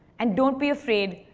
and don't be afraid.